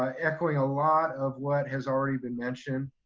ah echoing a lot of what has already been mentioned.